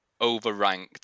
overranked